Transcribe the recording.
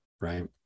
right